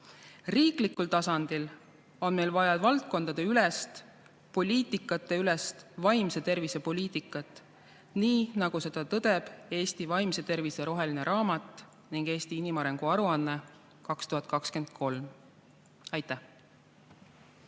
Riiklikul tasandil on meil vaja valdkondadeülest, poliitikateülest vaimse tervise poliitikat, nii nagu seda tõdeb Eesti vaimse tervise roheline raamat ning "Eesti inimarengu aruanne 2023". Aitäh!